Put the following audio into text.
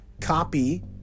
copy